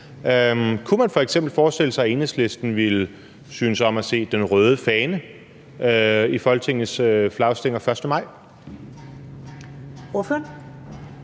Kunne man f.eks. forestille sig, at Enhedslisten ville synes om at se den røde fane i Folketingets flagstænger den 1. maj?